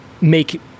make